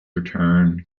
return